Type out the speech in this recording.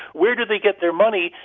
where do they get their money?